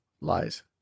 Lies